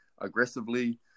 aggressively